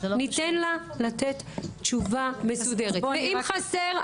ניתן לה לתת תשובה מסודרת ואם חסר,